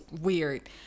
weird